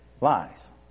lies